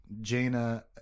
Jaina